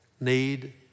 need